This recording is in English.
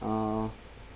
uh